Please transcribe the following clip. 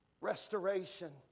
Restoration